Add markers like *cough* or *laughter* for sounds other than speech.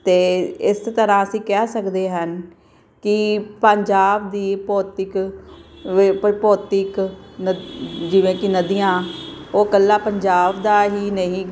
ਅਤੇ ਇਸ ਤਰ੍ਹਾਂ ਅਸੀਂ ਕਹਿ ਸਕਦੇ ਹਨ ਕਿ ਪੰਜਾਬ ਦੀ ਭੌਤਿਕ *unintelligible* ਪਰਭੌਤਿਕ ਜਿਵੇਂ ਕਿ ਨਦੀਆਂ ਉਹ ਇਕੱਲਾ ਪੰਜਾਬ ਦਾ ਹੀ ਨਹੀਂ